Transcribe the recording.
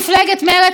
כי לא נעים לה לשמוע,